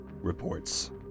reports